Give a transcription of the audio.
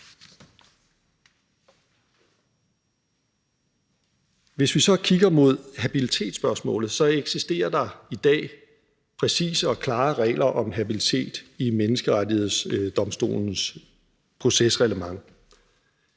Hvis vi så kigger mod habilitetsspørgsmålet, eksisterer der i dag præcise og klare regler om habilitet i Menneskerettighedsdomstolens procesreglement.